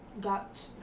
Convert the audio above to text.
got